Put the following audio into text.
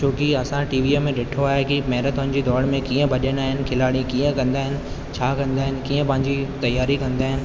छोकी असां टीवीअ में ॾिठो आहे की मैराथोन जी दौड़ में कीअं भॼंदा आहिनि कीअं खिलाड़ी कीअं कंदा आहिनि छा कंदा आहिनि कीअं पंहिंजी तयारी कंदा आहिनि